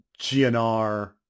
GNR